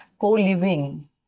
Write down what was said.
co-living